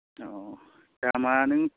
औ दामा नों